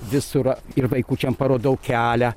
visur ir vaikučiam parodau kelią